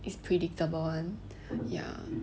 is predictable [one] ya